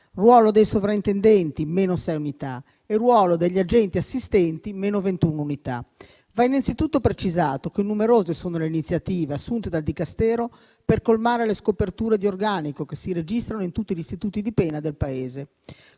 ruolo dei sovrintendenti (-6 unità) e ruolo degli agenti assistenti (-21 unità). Va innanzitutto precisato che numerose sono le iniziative assunte dal Dicastero per colmare le scoperture di organico che si registrano in tutti gli istituti di pena del Paese.